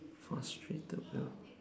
frustrated